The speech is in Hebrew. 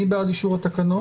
מי בעד אישור התקנות?